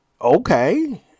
okay